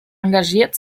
engagiert